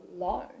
alone